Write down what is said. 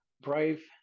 brave